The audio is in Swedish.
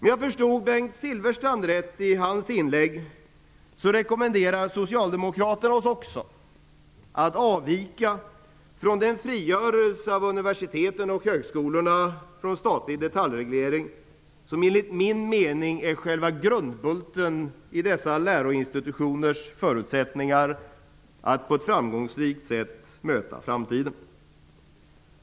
Om jag förstod Bengt Silfverstrands inlägg rätt, så rekommenderar socialdemokraterna oss också att avvika från den frigörelse av universiteten och högskolorna från statlig detaljreglering -- det som enligt min mening är själva grundbulten i dessa läroinstitutioners förutsättningar att på ett framgångsrikt sätt möta framtiden.